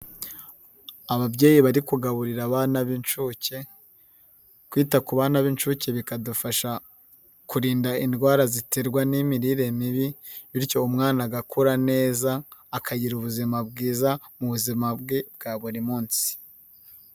Ababyeyi bari kugaburira abana b'inshuke, kwita ku bana b'inshuke bikadufasha kurinda indwara ziterwa n'imirire mibi bityo umwana agakura neza, akagira ubuzima bwiza, mu buzima bwe bwa buri munsi.